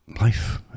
life